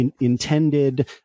intended